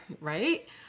right